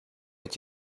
est